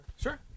Sure